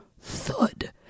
thud